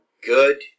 good